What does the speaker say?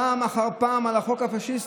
פעם אחר פעם, על החוק הפשיסטי.